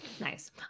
Nice